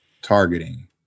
targeting